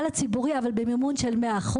הציבורי אבל במימון של 100%,